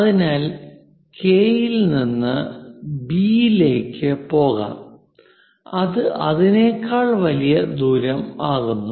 അതിനാൽ കെ യിൽ നിന്ന് ബി യിലേക്ക് പോകാം അത് അതിനേക്കാൾ വലിയ ദൂരം ആകുന്നു